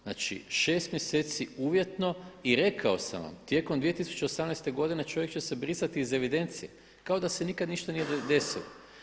Znači 6 mjeseci uvjetno i rekao sam vam, tijekom 2018. godine čovjek će se brisati iz evidencije kao da se nikada ništa nije desilo.